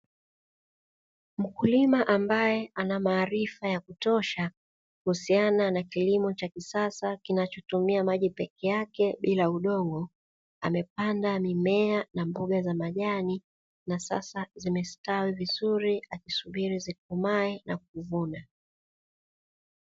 Mkulima ambaye anamaarifa ya kutosha kuhusiana na kilimo cha kisasa kinachotumia maji peke yake bila udongo, amepanda mimea na mboga za majani, na sasa zimesitawi vizuri akisubiri zikomae na kuvuna.